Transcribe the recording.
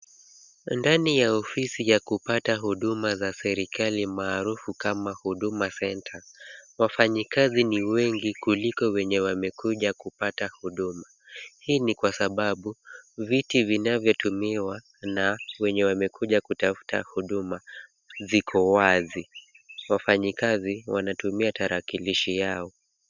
Ndani ya ofisi ya kupata huduma za serikali, maarufu kama Huduma Center, wafanyikazi ni wengi kuliko wenye wamekuja kupata huduma. Hii ni kwa sababu viti vinavyotumiwa na wenye wamekuja kutafuta huduma viko wazi. Wafanyikazi wanatumia tarakilishi yao.